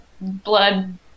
blood